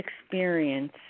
experience